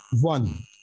one